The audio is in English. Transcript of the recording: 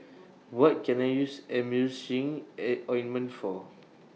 What Can I use Emulsying Ointment For